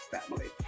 family